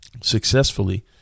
successfully